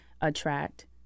attract